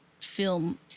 film